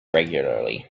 regularly